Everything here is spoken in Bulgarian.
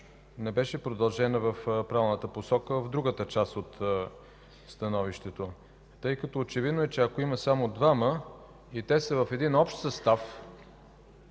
не беше продължена в правилната посока, а в другата част от становището. Очевидно е, че ако има само двама и те са в един общ състав,